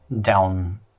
down